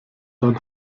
dann